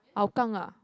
Hougang ah